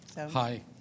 Hi